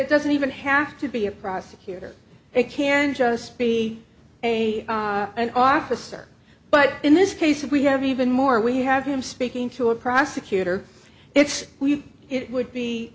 it doesn't even have to be a prosecutor it can just be a an officer but in this case we have even more we have him speaking to a prosecutor it's